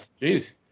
Jeez